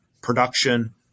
production